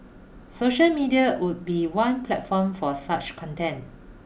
social media would be one platform for such content